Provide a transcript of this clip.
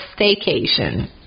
staycation